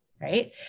right